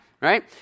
Right